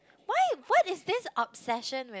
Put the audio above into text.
why what is this obsession with